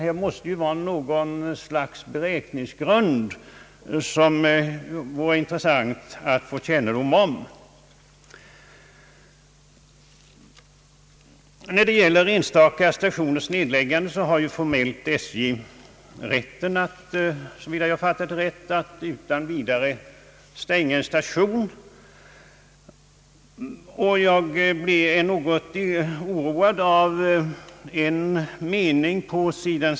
Här måste det ju finnas något slags beräkningsgrund som det vore intressant att få kännedom om. När det gäller enstaka stationers nedläggande har ju SJ formellt rätten att, såvitt jag fattat det rätt, utan vidare stänga en station. Jag blev något oroad av en mening på sid.